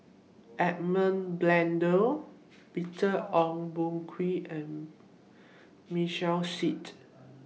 Edmund Blundell Peter Ong Boon Kwee and Michael Seet